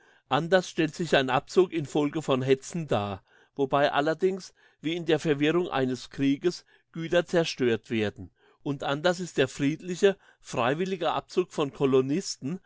anders stellt sich ein abzug infolge von hetzen dar wobei allerdings wie in der verwirrung eines krieges güter zerstört werden und anders ist der friedliche freiwillige abzug von colonisten